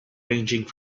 ranging